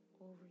over